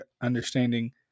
understanding